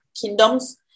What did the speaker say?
kingdoms